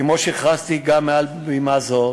כמו שהכרזתי גם מעל בימה זו